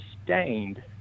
sustained